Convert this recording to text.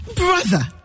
Brother